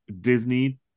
Disney